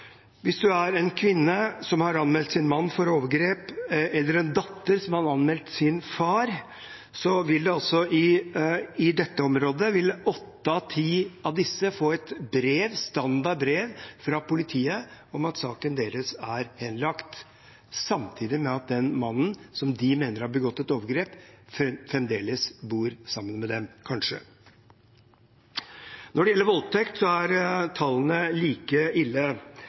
hvis man er en kvinne som har anmeldt sin mann for overgrep, eller en datter som har anmeldt sin far, vil åtte av ti av disse i dette området få et standardbrev fra politiet om at saken deres er henlagt, samtidig med at den mannen som de mener har begått et overgrep, fremdeles kanskje bor sammen med dem. Når det gjelder voldtekt, er tallene like ille.